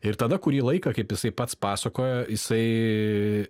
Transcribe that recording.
ir tada kurį laiką kaip jisai pats pasakojo jisai